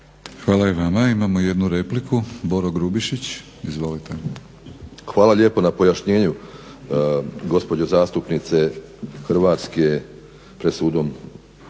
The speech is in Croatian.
Hvala i vama. Imamo jednu repliku, Boro Grubišić. Izvolite. **Grubišić, Boro (HDSSB)** Hvala lijepo na pojašnjenju gospođo zastupnice Hrvatske pred sudom